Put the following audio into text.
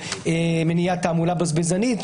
מניעת תעמולה בזבזנית.